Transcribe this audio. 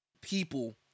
people